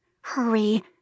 Hurry